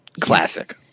Classic